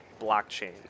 blockchain